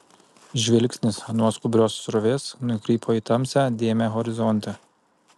žvilgsnis nuo skubrios srovės nukrypo į tamsią dėmę horizonte